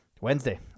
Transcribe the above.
Wednesday